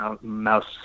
Mouse